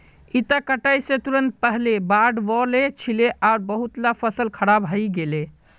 इता कटाई स तुरंत पहले बाढ़ वल छिले आर बहुतला फसल खराब हई गेले